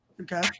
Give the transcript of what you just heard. Okay